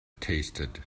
tasted